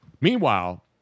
Meanwhile